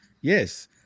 Yes